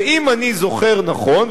ואם אני זוכר נכון,